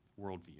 worldview